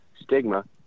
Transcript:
stigma